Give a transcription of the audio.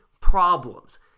problems